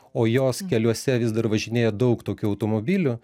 o jos keliuose vis dar važinėja daug tokių automobilių